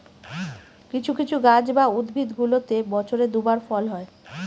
কিছু কিছু গাছ বা উদ্ভিদগুলোতে বছরে দুই বার ফল হয়